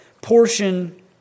portion